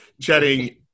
chatting